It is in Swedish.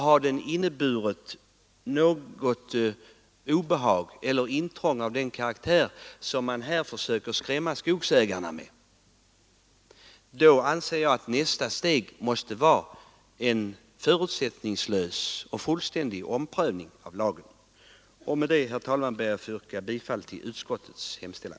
Har den inneburit obehag eller intrång av den karaktär som man här försökt skrämma skogsägarna med anser jag att nästa steg måste bli en fullständig och förutsättningslös omprövning av lagen. Med detta, herr talman, ber jag att få yrka bifall till utskottets hemställan.